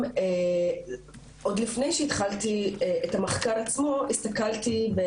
עוד לפני שהתחלתי את המחקר עצמו הסתכלתי,